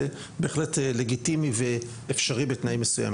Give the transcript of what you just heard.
זה בהחלט לגיטימי ואפשרי בתנאים מסוימים.